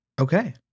Okay